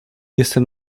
jestem